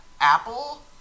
Apple